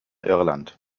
irland